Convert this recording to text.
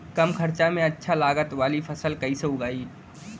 कम खर्चा में अच्छा लागत वाली फसल कैसे उगाई?